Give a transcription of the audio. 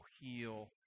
heal